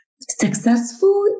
successful